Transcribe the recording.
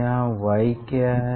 यहाँ y क्या है